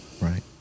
right